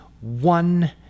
one